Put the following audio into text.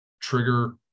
trigger